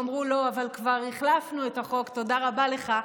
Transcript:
אמרו: לא, אבל כבר החלפנו את החוק, תודה רבה לך.